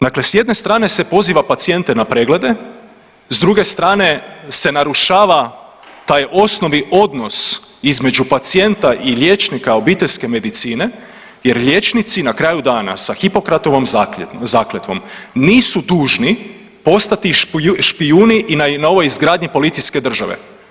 Dakle, s jedne strane se poziva pacijente na preglede, s druge strane se narušava taj osnovni odnos između pacijenta i liječnika obiteljske medicine jer liječnici na kraju dana sa Hipokratovom zakletvom nisu dužni postati špijuni i na ovoj izgradnji policijske države.